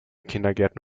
kindergärten